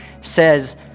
says